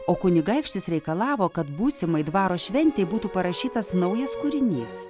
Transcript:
o kunigaikštis reikalavo kad būsimai dvaro šventei būtų parašytas naujas kūrinys